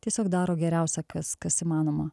tiesiog daro geriausia kas kas įmanoma